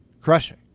Crushing